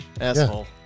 Asshole